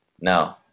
No